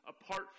apart